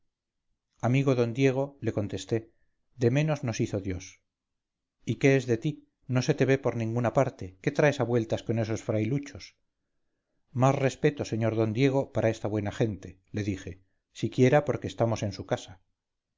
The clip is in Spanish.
caballero amigo d diego le contesté de menos nos hizo dios y qué es de ti no se te ve por ninguna parte qué traes a vueltas con estos frailuchos más respeto sr d diego para esta buena gente le dije siquiera porque estamos en su casa